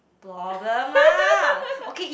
problem lah okay if